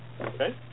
Okay